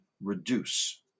reduce